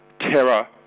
terror